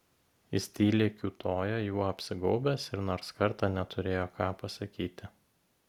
jis tyliai kiūtojo juo apsigaubęs ir nors kartą neturėjo ką pasakyti